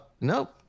nope